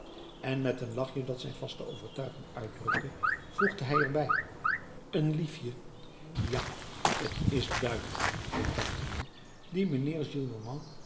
en met een lachje dat zijn vaste overtuiging uitdrukte voegde hij er bij een liefje ja t is duidelijk riep tante nu die mijnheer